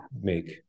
make